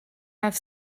have